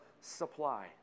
supply